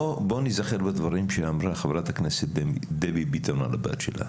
בוא ניזכר בדברים שאמרה חברת הכנסת דבי ביטון על הבת שלה.